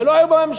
ולא היו בממשלה.